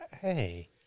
Hey